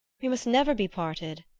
we must never be parted!